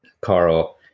carl